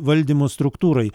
valdymo struktūrai